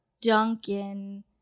Duncan